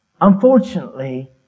unfortunately